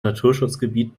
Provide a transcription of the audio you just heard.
naturschutzgebiet